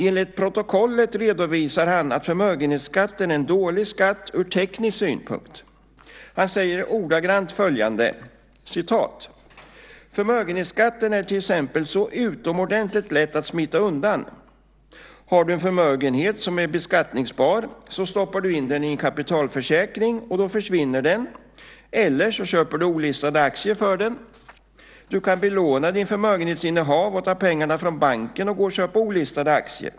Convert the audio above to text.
Enligt protokollet redovisade han då att förmögenhetsskatten är en dålig skatt ur teknisk synpunkt. Han säger ordagrant: "Förmögenhetsskatten är till exempel så utomordentligt lätt att smita undan. Har du en förmögenhet som är beskattningsbar så stoppar du in den i en kapitalförsäkring, och då försvinner den. Eller så köper du olistade aktier för den. Du kan belåna ditt förmögenhetsinnehav och ta pengarna från banken och gå och köpa olistade aktier.